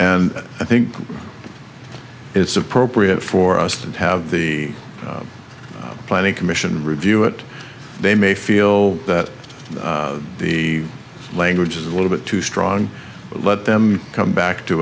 and i think it's appropriate for us to have the planning commission review it they may feel that the language is a little bit too strong but let them come back to